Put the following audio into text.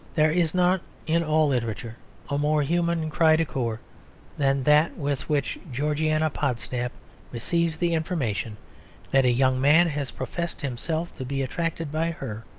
there is not in all literature a more human cri de coeur than that with which georgiana podsnap receives the information that a young man has professed himself to be attracted by her